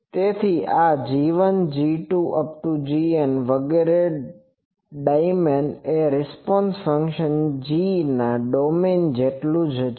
તેથી આ g1 g2 gn વગેરેનું ડોમેઈન એ રિસ્પોન્સ ફંક્શન gના ડોમેઈન જેટલું જ છે